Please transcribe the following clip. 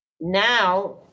Now